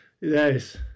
Yes